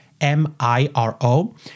M-I-R-O